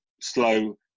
slow